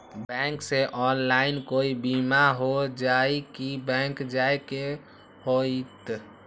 Bank से online कोई बिमा हो जाई कि बैंक जाए के होई त?